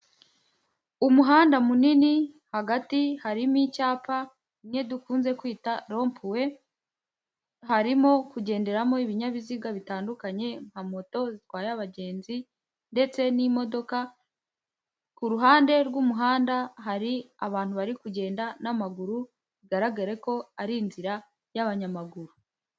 Umuhanda munini hagati harimo icyapa kimwe dukunze kwita ropuwe harimo kugenderamo ibinyabiziga bitandukanye nka moto zitwa abagenzi ndetse n'imodoka, ku ruhande rw'umuhanda hari abantu bari kugenda n'amaguru bigaragare ko ari inzira y'abanyamaguru.